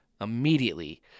Immediately